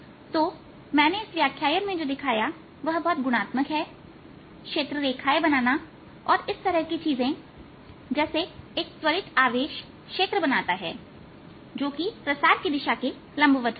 तो मैंने इस व्याख्यान में जो दिखाया वह बहुत गुणात्मक है क्षेत्र रेखाएं बनाना और इस तरह की चीजें जैसे एक त्वरित आवेश क्षेत्र बनाता है जो कि प्रसार की दिशा के लंबवत होता है